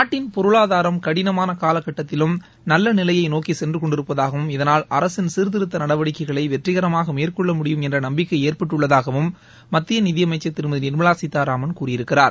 நாட்டின் பொருளாதாரம் கடினமான காலக்கட்டத்திலும் நல்ல நிலையை நோக்கி சென்று கொண்டிருப்பதாகவும் இதனால் அரசின் சீர்திருத்த நடவடிக்கைகளை வெற்றிகரமாக மேற்கொள்ள மூடியும் என்ற நம்பிக்கை ஏற்பட்டுள்ளதாகவும் மத்திய நிதியமைச்சர் திருமதி நிர்மலா சீதாராமன் கூறியிருக்கிறார்